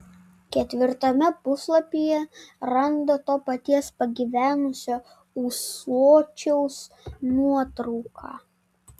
ketvirtame puslapyje randa to paties pagyvenusio ūsočiaus nuotrauką